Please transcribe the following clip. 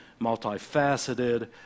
multifaceted